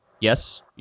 Yes